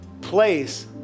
place